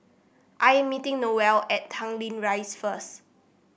I am meeting Noelle at Tanglin Rise first